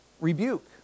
rebuke